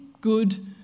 good